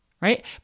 right